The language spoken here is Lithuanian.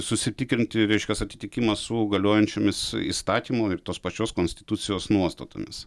susitikrinti reiškias atitikimą su galiojančiomis įstatymo ir tos pačios konstitucijos nuostatomis